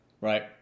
Right